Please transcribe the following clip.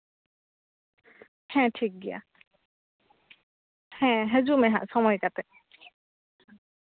ᱦᱮᱸ ᱴᱷᱤᱠᱜᱮᱭᱟ ᱦᱮᱸ ᱦᱟᱹᱡᱩᱜ ᱢᱮ ᱦᱟᱸᱜ ᱥᱚᱢᱚᱭ ᱠᱟᱛᱮ